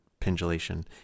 pendulation